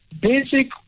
basic